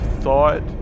thought